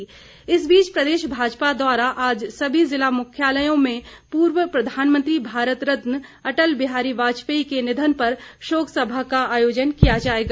शोक समा इस बीच प्रदेश भाजपा द्वारा आज सभी जिला मुख्यालयों में पूर्व प्रधानमंत्री भारत रत्न अटल बिहारी वाजपेयी के निधन पर शोक सभा का आयोजन किया जाएगा